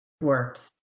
works